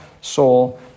soul